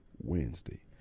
Wednesday